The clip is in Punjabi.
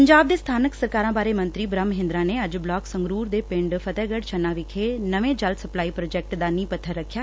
ਪੰਜਾਬ ਦੇ ਸਬਾਨਕ ਸਰਕਾਰਾਂ ਬਾਰੇ ਮੰਤਰੀ ਬੂਹਮ ਮਹਿੰਦਰਾ ਨੇ ਅੱਜ ਬਲਾਕ ਸੰਗਰੁਰ ਦੇ ਪਿੰਡ ਫਤਹਿਗੜੁ ਛੰਨਾਂ ਵਿਖੇ ਨਵੇ ਜਲ ਸਪਲਾਈ ਪ੍ਰਾਜੈਕਟ ਦਾ ਨੀਹ ਪੱਬਰ ਰੱਖਿਆ